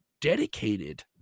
dedicated